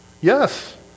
yes